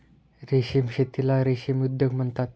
रेशीम शेतीला रेशीम उद्योग म्हणतात